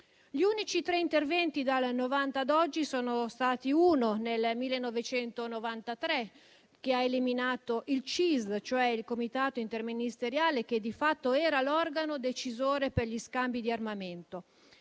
Gli unici tre interventi, dal 1990 ad oggi, sono stati fatti nel 1993, quando si è eliminato il CISD, il Comitato interministeriale che di fatto era l'organo decisore per gli scambi di armamento,